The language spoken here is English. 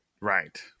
Right